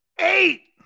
Eight